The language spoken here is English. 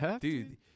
Dude